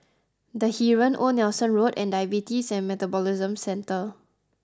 the Heeren Old Nelson Road and Diabetes and Metabolism Centre